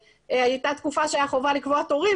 הייתה תקופה שהייתה חובה לקבוע תורים,